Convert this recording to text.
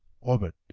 orbit